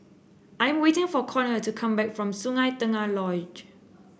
I'm waiting for Konnor to come back from Sungei Tengah Lodge